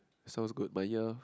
sounds good my ear